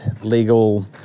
legal